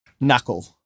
Knuckle